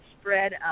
spread